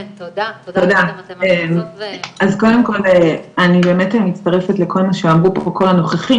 קודם כל אני מצטרפת לכל מה שאמרו פה כל הנוכחים,